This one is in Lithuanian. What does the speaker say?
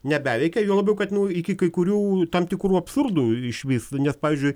nebeveikia juo labiau kad nu iki kai kurių tam tikrų absurdų iš vis nes pavyzdžiui